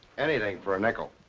anything for a nickel.